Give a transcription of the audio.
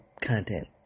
content